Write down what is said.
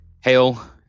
hail